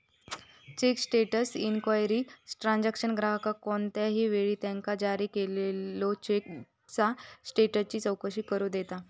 check status enquiry transaction ग्राहकाक कोणत्याही वेळी त्यांका जारी केलेल्यो चेकचा स्टेटसची चौकशी करू देता